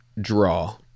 draw